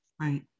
right